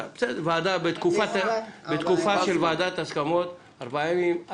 בתקופה של ועדת הסכמות ארבעה ימים.